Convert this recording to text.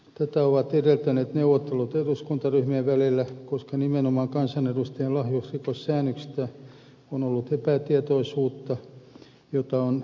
tätä ovat edeltäneet neuvottelut eduskuntaryhmien välillä koska nimenomaan kansanedustajan lahjusrikossäännöksistä on ollut epätietoisuutta